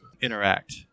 interact